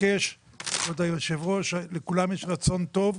כבוד היושב-ראש, לכולם יש רצון טוב.